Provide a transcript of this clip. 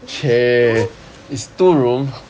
it's two